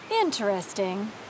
interesting